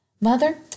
Mother